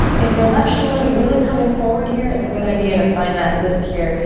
if your left shoulder's really coming forward here, it's a good idea to find that lift here,